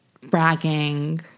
bragging